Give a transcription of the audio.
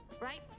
right